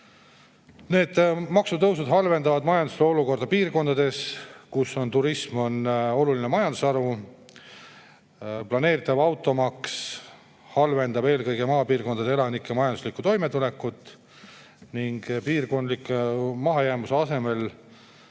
Need maksutõusud halvendavad majanduse olukorda piirkondades, kus turism on oluline majandusharu. Planeeritav automaks halvendab eelkõige maapiirkondade elanike majanduslikku toimetulekut ning piirkondlik mahajäämus võib